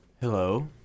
Hello